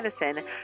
medicine